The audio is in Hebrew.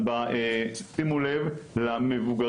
אז שימו לב למבוגרים,